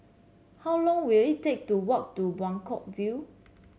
how long will it take to walk to Buangkok View